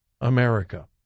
America